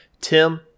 Tim